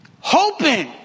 hoping